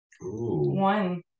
One